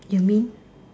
you mean